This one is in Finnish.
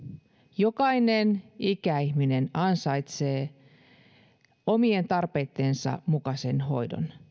jokainen ikäihminen ansaitsee omien tarpeittensa mukaisen hoidon